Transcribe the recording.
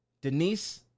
Denise